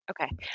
Okay